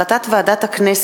הצעת חוק